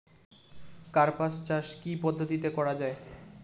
কার্পাস চাষ কী কী পদ্ধতিতে করা য়ায়?